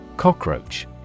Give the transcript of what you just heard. Cockroach